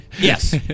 Yes